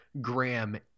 Graham